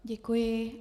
Děkuji.